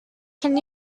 can